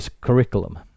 curriculum